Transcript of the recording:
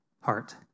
heart